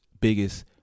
biggest